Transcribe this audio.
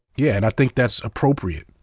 yeah and i think that's appropriate.